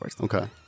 Okay